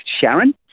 Sharon